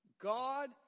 God